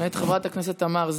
מאת חברת הכנסת תמר זנדברג,